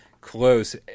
close